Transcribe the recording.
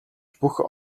бүх